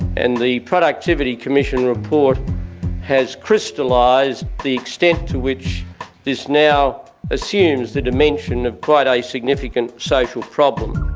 and the productivity commission report has crystallised the extent to which this now assumes the dimension of quite a significant social problem.